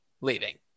leaving